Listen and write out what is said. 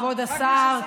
כבוד השר,